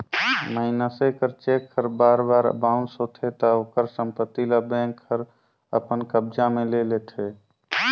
मइनसे कर चेक हर बार बार बाउंस होथे ता ओकर संपत्ति ल बेंक हर अपन कब्जा में ले लेथे